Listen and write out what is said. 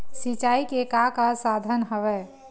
सिंचाई के का का साधन हवय?